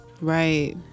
Right